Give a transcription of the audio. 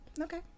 okay